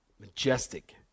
Majestic